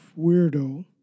weirdo